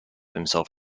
himself